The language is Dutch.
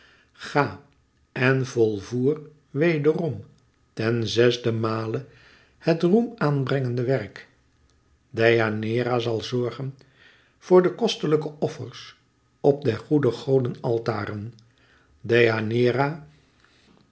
ga en volvoer wederom ten zesde male het roem aanbrengende werk deianeira zal zorgen voor de kostelijke offers op der goede goden altaren